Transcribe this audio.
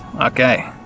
Okay